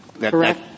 Correct